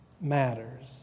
matters